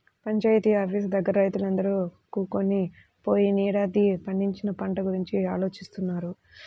panchayat office దగ్గర రైతులందరూ కూకొని పోయినేడాది పండించిన పంట గురించి ఆలోచిత్తన్నారు